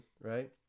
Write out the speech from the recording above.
right